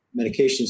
medications